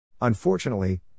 Unfortunately